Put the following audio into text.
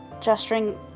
Gesturing